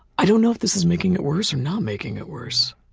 i don't know if this is making it worse, or not making it worse.